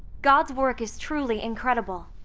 god's work is truly incredible.